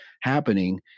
happening